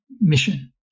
mission